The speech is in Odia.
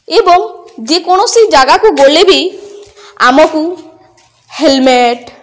ଏବଂ ଯେକୌଣସି ଜାଗାକୁ ଗଲେ ବି ଆମକୁ ହେଲମେଟ୍